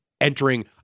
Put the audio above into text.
entering